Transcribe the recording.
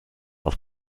auf